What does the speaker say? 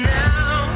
now